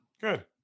Good